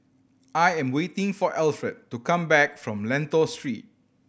I am waiting for Alfred to come back from Lentor Street